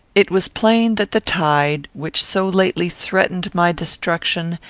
it was plain that the tide, which so lately threatened my destruction,